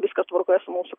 viskas tvarkoje su mūsų